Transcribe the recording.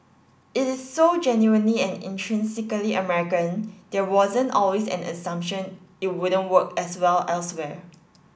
it is so genuinely and intrinsically American there wasn't always an assumption it wouldn't work as well elsewhere